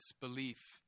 belief